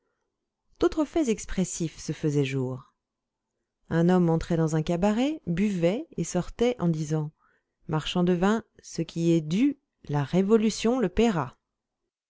d'autres faits expressifs se faisaient jour un homme entrait dans un cabaret buvait et sortait en disant marchand de vin ce qui est dû la révolution le payera